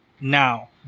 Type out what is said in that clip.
Now